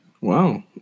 Wow